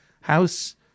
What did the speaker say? house